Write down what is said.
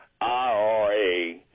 IRA